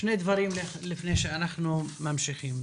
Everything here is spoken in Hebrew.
שני דברים לפני שאנחנו ממשיכים.